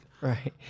Right